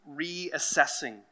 reassessing